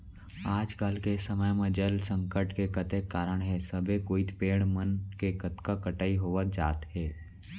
आज के समे म जल संकट के कतेक कारन हे सबे कोइत पेड़ मन के कतका कटई होवत जात हे